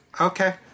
Okay